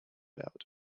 out